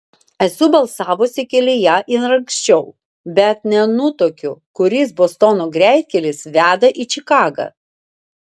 esu balsavusi kelyje ir anksčiau bet nenutuokiu kuris bostono greitkelis veda į čikagą